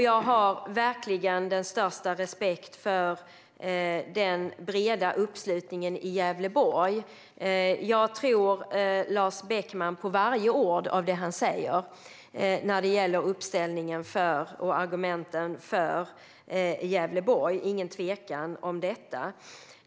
Jag har verkligen den största respekt för den breda uppslutningen i Gävleborg. Jag tror på varje ord Lars Beckman säger när det gäller uppställningen och argumenten för Gävleborg; det är ingen tvekan om detta.